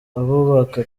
abubaka